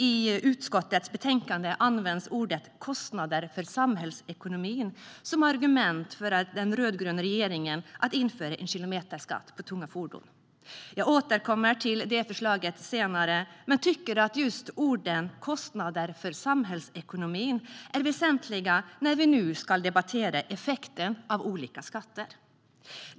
I utskottets betänkande används orden "kostnader för samhällsekonomin" som argument för den rödgröna regeringen att införa en kilometerskatt på tunga fordon. Jag återkommer till detta förslag senare men tycker att just orden "kostnader för samhällsekonomin" är väsentliga när vi nu debatterar effekten av olika skatter.